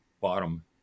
bottom